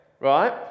Right